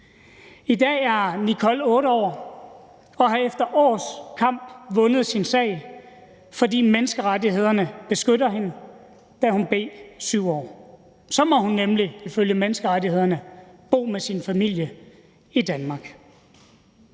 I dag er Nicole 8 år og har efter års kamp vundet sin sag, fordi menneskerettighederne beskyttede hende, da hun blev 7 år. Så må hun nemlig ifølge menneskerettighederne bo med sin familie i Danmark.